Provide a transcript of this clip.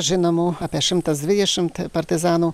žinomų apie šimtas dvidešimt partizanų